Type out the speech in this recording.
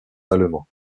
allemands